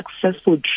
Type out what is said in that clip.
successful